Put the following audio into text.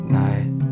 night